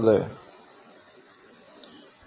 അതിനെപ്പറ്റി അറിയാൻ ഞാൻ ആഗ്രഹിക്കുന്നു